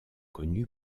connu